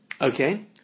Okay